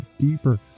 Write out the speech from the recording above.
deeper